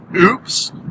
Oops